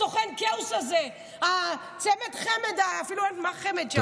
סוכן הכאוס הזה, הצמד-חמד, אפילו אין חמד שם.